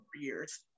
years